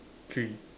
three